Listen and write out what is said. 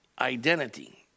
identity